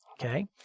Okay